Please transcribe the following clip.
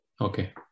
Okay